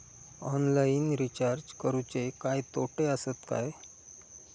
Online recharge करुचे काय तोटे आसत काय?